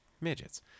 Midgets